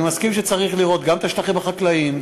אני מסכים שצריך לראות גם את השטחים החקלאיים,